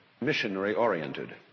missionary-oriented